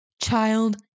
child